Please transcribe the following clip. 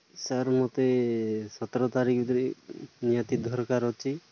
sir ମୋତେ ସତର ତାରିଖ ଭିତରେ ନିହାତି ଦରକାର ଅଛି